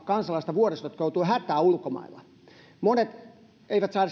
kansalaista vuodessa jotka joutuvat hätään ulkomailla monet eivät saa